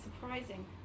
surprising